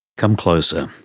come closer.